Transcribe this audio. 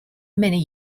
many